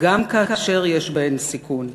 להן גם כאשר יש בהן סיכון,